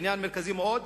עניין מרכזי מאוד,